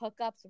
hookups